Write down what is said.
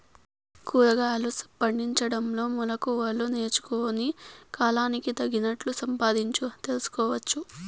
కూరగాయలు పండించడంలో మెళకువలు నేర్చుకుని, కాలానికి తగినట్లు సంపాదించు తెలుసుకోవచ్చు